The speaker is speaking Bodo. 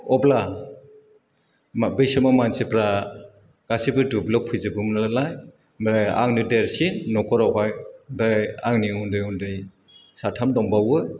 अब्ला मा बै समाव मानसिफ्रा गासिबो दुब्लियाव फैजोबो नालाय आमफ्राय आंनो देरसिन नखरावहाय आमफ्राय आंनि उन्दै उन्दै साथाम दंबावो